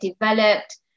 developed